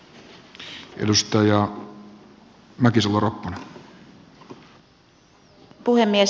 arvoisa puhemies